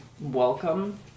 welcome